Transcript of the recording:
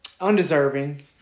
undeserving